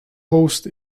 host